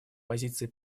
позиции